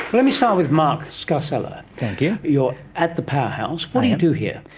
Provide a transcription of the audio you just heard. let me start with mark scarcella. yeah you're at the powerhouse. what do you do here?